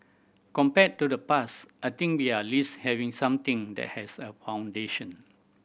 compared to the past I think we are least having something that has a foundation